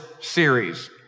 series